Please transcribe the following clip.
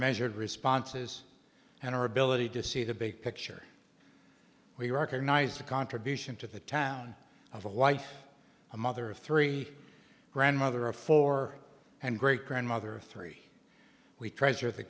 measured responses and her ability to see the big picture we recognize the contribution to the town of life a mother of three grandmother of four and great grandmother three we treasure the